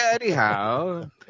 anyhow